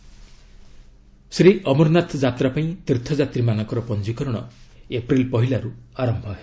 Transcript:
ଅମରନାଥ ଯାତ୍ରା ଶ୍ରୀ ଅମରନାଥ ଯାତ୍ରା ପାଇଁ ତୀର୍ଥଯାତ୍ରୀମାନଙ୍କ ପଞ୍ଜିକରଣ ଏପ୍ରିଲ୍ ପହିଲାରୁ ଆରମ୍ଭ ହେବ